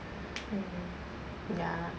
mm ya